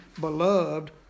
beloved